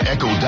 Echo